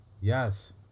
Yes